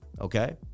okay